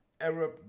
Arab